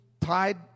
tied